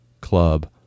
club